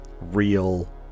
real